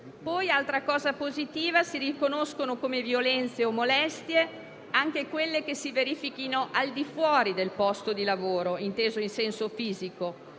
Un'altra cosa positiva è che si riconoscono come violenze o molestie anche quelle che si verifichino al di fuori del posto di lavoro, inteso in senso fisico,